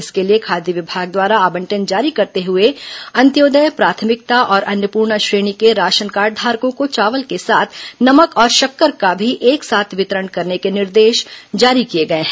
इसके लिए खाद्य विभाग द्वारा आवंटन जारी करते हुए अंत्योदय प्राथमिकता और अन्नपूर्णा श्रेणी के राशन कार्डघारकों को चावल के साथ नमक और शक्कर का भी एक साथ वितरण करने के निर्देश जारी किए गए हैं